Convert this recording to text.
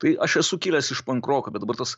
tai aš esu kilęs iš pankroko bet dabar tas